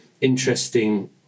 interesting